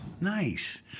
Nice